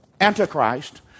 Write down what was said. Antichrist